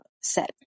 set